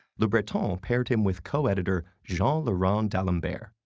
le breton um paired him with co-editor jean le rond d'alembert,